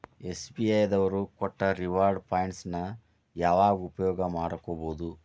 SBI ದವ್ರು ಕೊಟ್ಟ reward points ನ ಯಾವಾಗ ಉಪಯೋಗ ಮಾಡ್ಕೋಬಹುದು?